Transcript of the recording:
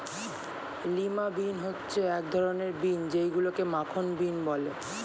lima bean হচ্ছে এক ধরনের বিন যেইগুলোকে মাখন বিন বলে